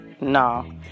No